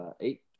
eight